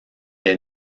est